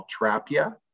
trapia